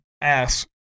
ass